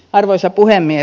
arvoisa puhemies